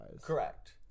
Correct